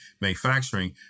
manufacturing